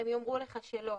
הן יאמרו לך שלא,